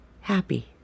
Happy